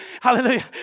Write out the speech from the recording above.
Hallelujah